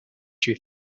you